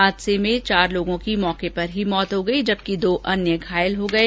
हादसे में चार लोगों की मौके पर ही मौत हो गई जबकि दो अन्य घायल हो गए